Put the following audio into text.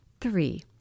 Three